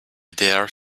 dare